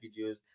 videos